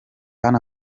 hano